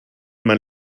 man